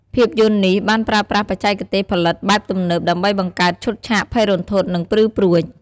ភាពយន្តនេះបានប្រើប្រាស់បច្ចេកទេសផលិតបែបទំនើបដើម្បីបង្កើតឈុតឆាកភ័យរន្ធត់ និងព្រឺព្រួច។